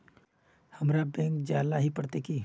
हमरा बैंक जाल ही पड़ते की?